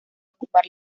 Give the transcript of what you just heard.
ocupar